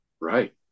Right